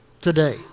today